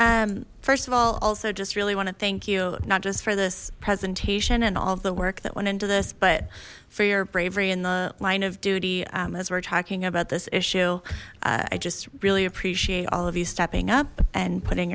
and first of all also just really want to thank you not just for this presentation and all the work that went into this but for your bravery in the line of duty as we're talking about this issue i just really appreciate all of you stepping up and putting